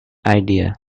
idea